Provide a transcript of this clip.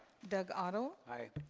doug otto? aye.